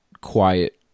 quiet